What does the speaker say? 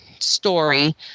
story